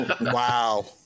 Wow